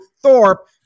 Thorpe